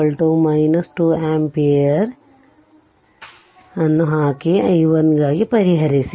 ಆದ್ದರಿಂದ ಇಲ್ಲಿ i2 2 ampere ಅನ್ನು ಹಾಕಿ ಮತ್ತು i1 ಗಾಗಿ ಪರಿಹರಿಸಿ